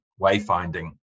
wayfinding